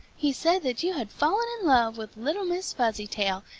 he said that you had fallen in love with little miss fuzzytail,